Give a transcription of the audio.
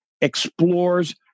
explores